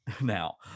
now